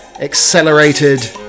Accelerated